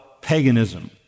paganism